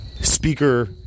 speaker